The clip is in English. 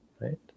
right